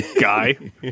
guy